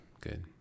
Good